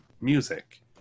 music